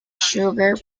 sugar